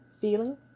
feeling